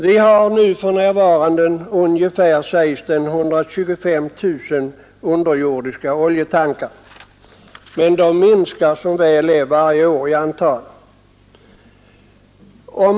Vi har för närvarande, sägs det, ungefär 125 000 underjordiska oljetankar. Men som väl är minskar de för varje år i antal.